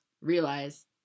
realize